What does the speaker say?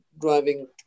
driving